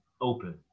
open